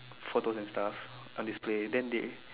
photos and stuffs on display then they